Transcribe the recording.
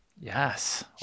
yes